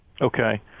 Okay